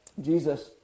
Jesus